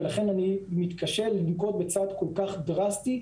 ולכן אני מתקשה לנקוט בצעד כל כך דרסטי,